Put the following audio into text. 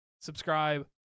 Subscribe